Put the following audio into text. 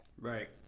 Right